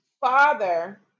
father